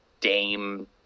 Dame